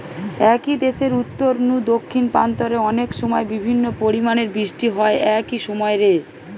একই দেশের উত্তর নু দক্ষিণ প্রান্ত রে অনেকসময় বিভিন্ন পরিমাণের বৃষ্টি হয় একই সময় রে